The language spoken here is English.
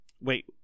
Wait